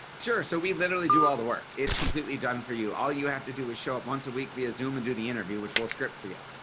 sure. so we literally do all the work. it's completely done for you all you have to do is show up once a week we assume and do the interview which we'll script for you.